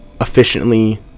efficiently